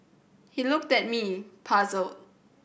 he looked at me puzzled